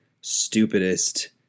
stupidest